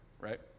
right